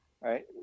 Right